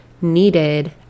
needed